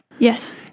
Yes